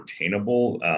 attainable